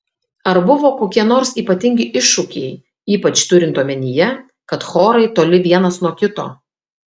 ar buvo kokie nors ypatingi iššūkiai ypač turint omenyje kad chorai toli vienas nuo kito